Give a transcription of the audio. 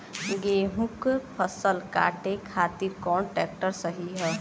गेहूँक फसल कांटे खातिर कौन ट्रैक्टर सही ह?